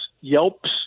yelps